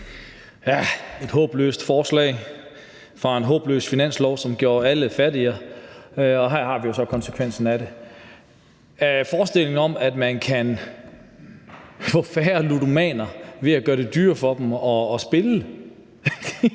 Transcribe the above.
er et håbløst forslag fra en håbløs finanslov, som gjorde alle fattigere, og her har vi jo så konsekvensen af det. Forestillingen om, at man kan få færre ludomaner ved at gøre det dyrere for dem at spille